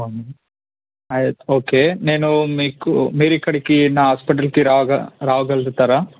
అవును అయి ఓకే నేను మీకు మీరు ఇక్కడికి నా హాస్పిటల్కి రాగ రాగలుగుతారా